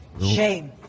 shame